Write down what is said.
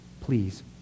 Please